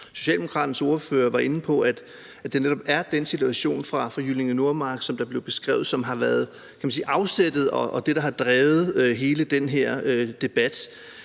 Socialdemokraternes ordfører var inde på, at det netop er den situation fra Jyllinge Nordmark – som blev beskrevet – som har været afsættet, kan man sige, og det er det, der har drevet hele den her debat.